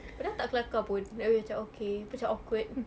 padahal tak kelakar pun like macam okay macam awkward